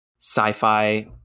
sci-fi